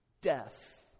death